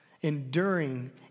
enduring